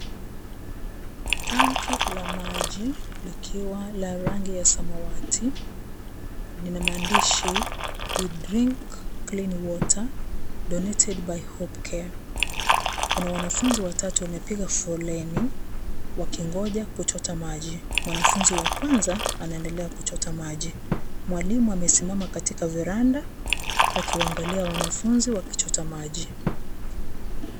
Tanki la maji likiwa la rangi ya samawati, linamaandishi we drink clean water donated by hope care . Kuna wanafunzi watatu wamepiga foleni wakingoja kuchota maji, mwanafunzi wa kwanza anaendelea kuchota maji, mwalimu amesimama katika veranda akiwaangalia wanafunzi wakichota maji.